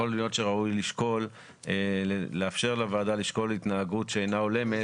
יכול להיות שראוי לשקול לאפשר לוועדה לשקול התנהגות שאינה הולמת.